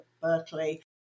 Berkeley